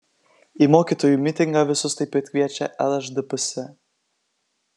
į mokytojų mitingą visus taip pat kviečia lšdps